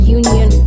union